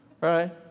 right